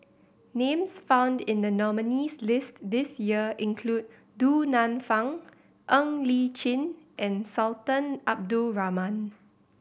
names found in the nominees' list this year include Du Nanfa Ng Li Chin and Sultan Abdul Rahman